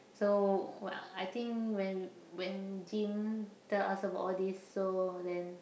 so uh I think when when Jim tell us about all this so when